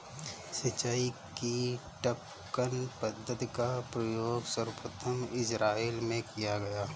सिंचाई की टपकन पद्धति का प्रयोग सर्वप्रथम इज़राइल में किया गया